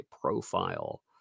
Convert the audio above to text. profile